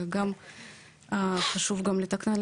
וגם חשוב לתכנן,